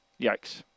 Yikes